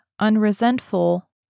unresentful